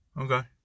Okay